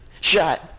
Shot